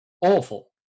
awful